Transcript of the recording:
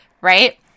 right